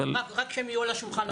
אבל- רק שהן יהיו על השולחן.